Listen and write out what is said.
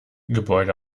gebäude